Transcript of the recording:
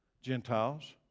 Gentiles